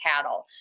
cattle